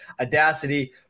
Audacity